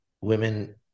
women